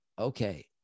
Okay